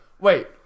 wait